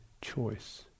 choice